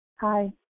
hi